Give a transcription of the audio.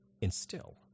instill